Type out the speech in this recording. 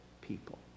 people